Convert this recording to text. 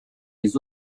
les